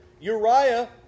Uriah